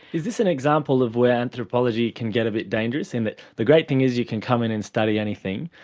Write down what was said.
is this an example of where anthropology can get a bit dangerous in that the great thing is you can come in and study anything,